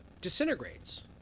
disintegrates